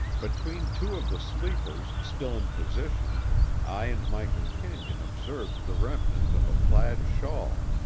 between two of the sleepers still in position i and my companion observed the remnant of a plaid shawl,